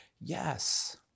Yes